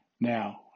Now